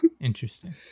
Interesting